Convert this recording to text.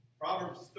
Proverbs